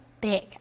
big